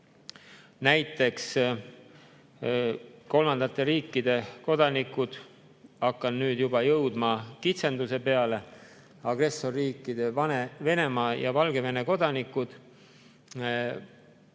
näiteks kolmandate riikide kodanikud – hakkan nüüd juba jõudma kitsenduse juurde –, agressorriikide Venemaa ja Valgevene kodanikud